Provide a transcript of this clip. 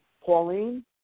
Pauline